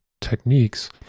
techniques